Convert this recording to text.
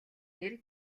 нэр